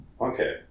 okay